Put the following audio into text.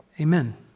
amen